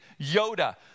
Yoda